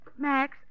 Max